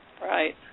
Right